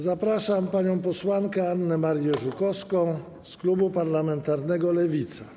Zapraszam panią posłankę Annę Marię Żukowską z klubu parlamentarnego Lewica.